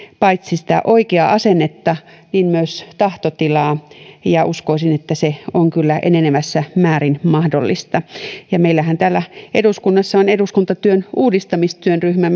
paitsi sitä oikeaa asennetta myös tahtotilaa ja uskoisin että se on kyllä enenevässä määrin mahdollista meillähän täällä eduskunnassa on eduskuntatyön uudistamistyöryhmä